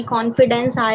Confidence